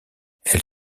elle